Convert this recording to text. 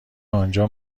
آنجا